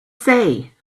say